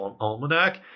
almanac